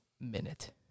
minute